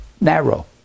narrow